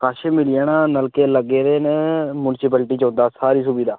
कश मिली जाना नलके लग्गे दे न म्युनिसिपैलिटी सुविधा सारी सुविधा